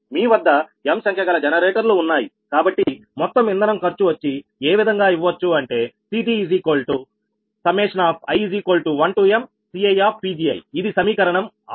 మీ వద్ద mసంఖ్యగల జనరేటర్లు ఉన్నాయి కాబట్టి మొత్తం ఇంధనం ఖర్చు వచ్చి ఏ విధంగా ఇవ్వచ్చు అంటే CTi1mCiఇది సమీకరణం 6